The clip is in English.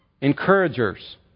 encouragers